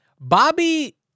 Bobby